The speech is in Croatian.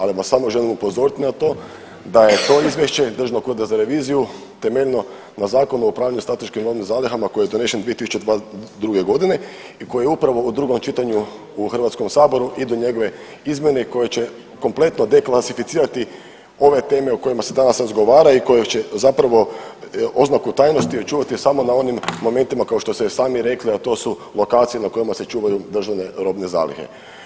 Ali vas samo želim upozoriti na to da je to izvješće Državnog ureda za reviziju temeljeno na Zakonu o upravljanju strateškim robnim zalihama koje su donešene … i koji je upravo u drugom čitanju u Hrvatskom saboru idu njegove izmjene koje će kompletno deklasificirati ove teme o kojima se danas razgovara i koje će zapravo oznaku tajnosti očuvati samo na onim momentima kao što ste već sami rekli, a to su lokacije na kojima se čuvaju državne robne zalihe.